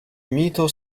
mito